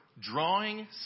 drawing